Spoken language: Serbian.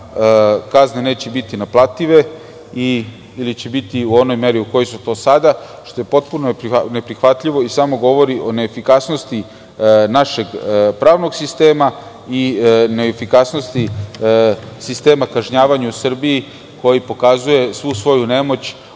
kazne neće biti naplative ili će biti u onoj meri u kojoj su to sada, što je potpuno neprihvatljivo i samo govori o neefikasnosti našeg pravnog sistem i neefikasnosti sistema kažnjavanja u Srbiji koji pokazuje svu svoju nemoć